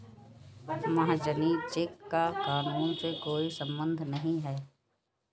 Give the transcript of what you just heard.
महाजनी चेक का कानून से कोई संबंध नहीं है